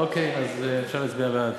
אוקיי, אז אפשר להצביע בעד.